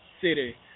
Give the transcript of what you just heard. city